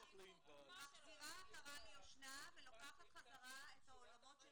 -- מחזירה עטרה ליושנה ולוקחת חזרה את העולמות של